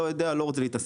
לא יודע, לא רוצה להתעסק'.